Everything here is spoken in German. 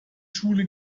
schule